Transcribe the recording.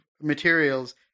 materials